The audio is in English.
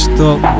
Stop